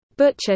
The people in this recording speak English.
butcher